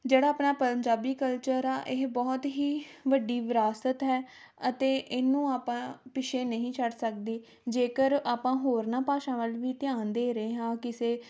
ਜਿਹੜਾ ਆਪਣਾ ਪੰਜਾਬੀ ਕਲਚਰ ਆ ਇਹ ਬਹੁਤ ਹੀ ਵੱਡੀ ਵਿਰਾਸਤ ਹੈ ਅਤੇ ਇਹਨੂੰ ਆਪਾਂ ਪਿੱਛੇ ਨਹੀਂ ਛੱਡ ਸਕਦੇ ਜੇਕਰ ਆਪਾਂ ਹੋਰਨਾਂ ਭਾਸ਼ਾ ਵੱਲ ਵੀ ਧਿਆਨ ਦੇ ਰਹੇ ਹਾਂ ਕਿਸੇ